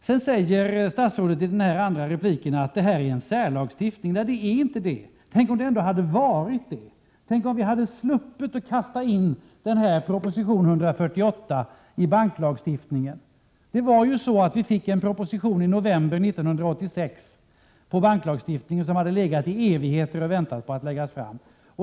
Statsrådet sade vidare i sin andra replik att det här är en särlagstiftning. Nej, det är inte det. Tänk om det ändå hade varit det! Tänk om ni hade sluppit att kasta in proposition nr 148 i banklagstiftningen! Det var ju så att vi i november 1986 fick en proposition om banklagstiftningen som i evigheter hade legat och väntat på att läggas fram.